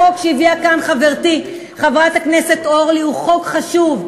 החוק שהביאה כאן חברתי חברת הכנסת אורלי הוא חוק חשוב,